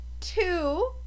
two